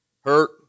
hurt